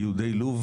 יהודי לוב,